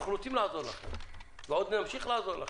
אנחנו רוצים לעזור לכם, ועוד נמשיך לעזור לכם.